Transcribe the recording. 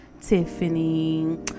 tiffany